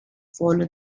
follow